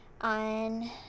on